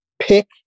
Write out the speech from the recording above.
pick